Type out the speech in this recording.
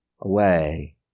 away